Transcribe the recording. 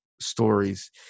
stories